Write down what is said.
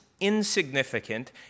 insignificant